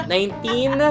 Nineteen